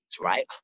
right